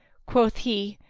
quoth he,